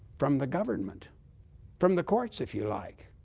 from the government from the courts, if you like.